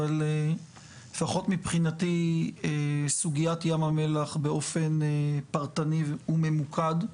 אבל לפחות מבחינתי סוגיית יום המלח באופן פרטני הוא ממוקד,